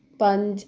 ਪੰਜ